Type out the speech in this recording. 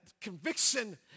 conviction